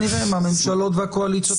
כנראה מהממשלות והקואליציות שהיו פה שלא טרחו.